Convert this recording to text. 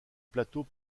plateau